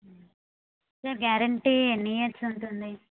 sir guarantee ఎన్ని years ఉంటుంది